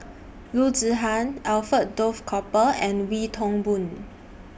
Loo Zihan Alfred Duff Cooper and Wee Toon Boon